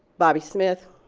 bobby smith,